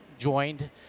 joined